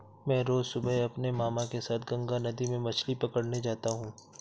मैं रोज सुबह अपने मामा के साथ गंगा नदी में मछली पकड़ने जाता हूं